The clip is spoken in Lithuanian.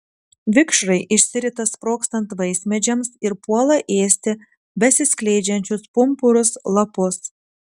vikšrai išsirita sprogstant vaismedžiams ir puola ėsti besiskleidžiančius pumpurus lapus